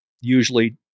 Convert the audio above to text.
usually